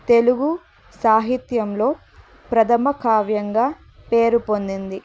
తెలుగు సాహిత్యంలో ప్రథమ కావ్యంగా పేరు పొందింది